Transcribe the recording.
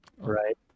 right